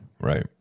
Right